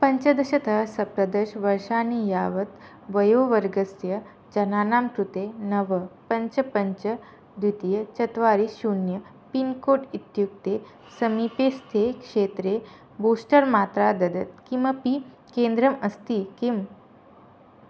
पञ्चदशतः सप्तदशवर्षाणि यावत् वयोवर्गस्य जनानां कृते नव पञ्च पञ्च द्वितीयं चत्वारि शून्यं पिन्कोड् इत्युक्ते समीपस्थे क्षेत्रे बूस्टर् मात्रा ददत् किमपि केन्द्रम् अस्ति किम्